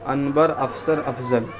انور Afsar افضل